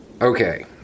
Okay